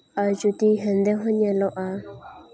ᱟᱨ ᱡᱩᱫᱤ ᱦᱮᱸᱫᱮ ᱦᱚᱸ ᱧᱮᱞᱚᱜᱼᱟ